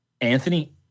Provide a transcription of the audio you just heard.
Anthony